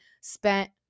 spent